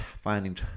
Finding